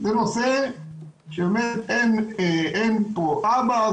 זה נושא שבאמת אין פה אבא,